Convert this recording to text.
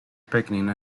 picnic